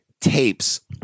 tapes